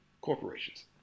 corporations